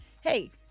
hey